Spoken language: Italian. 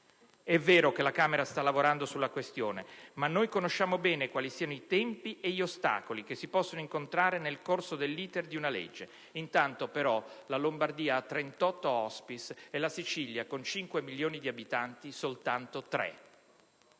È vero che la Camera sta lavorando sulla questione, ma noi conosciamo bene quali siano i tempi e gli ostacoli che si possono incontrare nel corso dell'*iter* di una legge. Intanto, però, la Lombardia ha 38 *hospice* e la Sicilia, con 5 milioni di abitanti, soltanto 3.